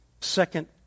Second